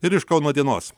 ir iš kauno dienos